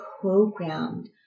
programmed